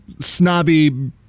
snobby